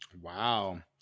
Wow